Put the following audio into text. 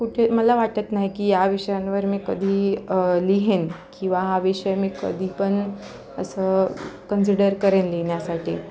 कुठे मला वाटत नाही की या विषयांवर मी कधी लिहीन किंवा हा विषय मी कधी पण असं कन्सिडर करेन लिहिण्यासाठी